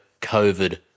COVID